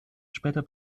später